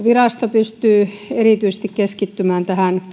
pystyy erityisesti keskittymään